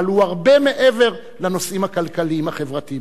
אבל הוא הרבה מעבר לנושאים הכלכליים החברתיים.